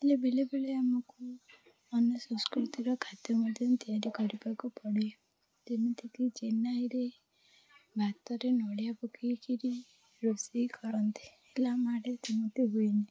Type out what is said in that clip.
ହେଲେ ବେଳେବେଳେ ଆମକୁ ଅନ୍ୟ ସଂସ୍କୃତିର ଖାଦ୍ୟ ମଧ୍ୟ ତିଆରି କରିବାକୁ ପଡ଼େ ଯେମିତିକି ଚେନ୍ନାଇରେ ଭାତରେ ନଡ଼ିଆ ପକେଇ କରି ରୋଷେଇ କରନ୍ତି ହେଲେ ଆମ ଆଡ଼େ ସେମିତି ହୁଏନି